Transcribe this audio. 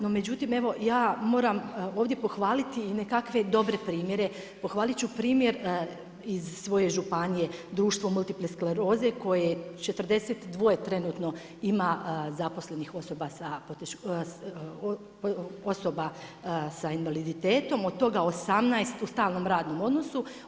No međutim ja moram ovdje pohvaliti i nekakve dobre primjere, pohvalit ću primjer iz svoje županije Društvo multipleskleroze koje 42 trenutno ima zaposlenih osoba s invaliditetom, od toga 18 u stalnom radnom odnosu.